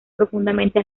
profundamente